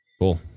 Cool